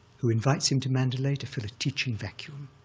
who invites him to mandalay to fill a teaching vacuum,